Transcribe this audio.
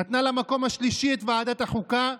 נתנה למקום השלישי את ועדת החוקה,